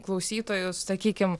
klausytojų sakykim